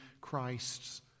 Christ's